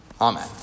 Amen